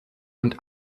und